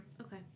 Okay